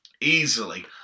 Easily